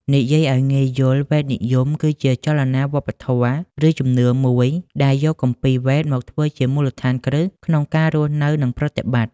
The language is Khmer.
និយាយឱ្យងាយយល់ វេទនិយមគឺជាចលនាវប្បធម៌ ឬជំនឿមួយដែលយក គម្ពីរវេទ មកធ្វើជាមូលដ្ឋានគ្រឹះក្នុងការរស់នៅ និងប្រតិបត្តិ។